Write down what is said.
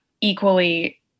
equally